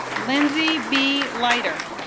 lindsay be lighter